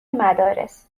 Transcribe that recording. مدارس